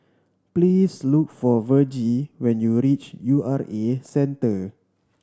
please look for Vergie when you reach U R A Centre